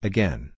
Again